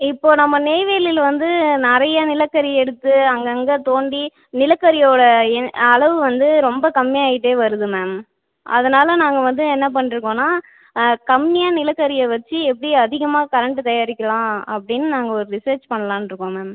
இப்போ நம்ம நெய்வேலியில வந்து நிறைய நிலக்கரி எடுத்து அங்கங்கே தோண்டி நிலக்கரியோட எ அளவு வந்து ரொம்ப கம்மியாயிட்டே வருது மேம் அதனால் நாங்கள் வந்து என்ன பண்ணிருக்கோன்னா கம்மியாக நிலக்கரியை வச்சி எப்படி அதிகமாக கரெண்டு தயாரிக்கலாம் அப்படின்னு நாங்கள் ஒரு ரிசர்ச் பண்ணலாம்னு இருக்கோம் மேம்